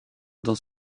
dans